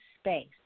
space